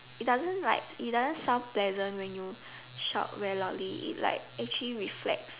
it doesn't like it doesn't sound pleasant when you shout very loudly it like actually reflex